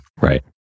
Right